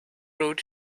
road